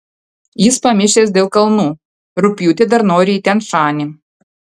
jis pamišęs dėl kalnų rugpjūtį dar nori į tian šanį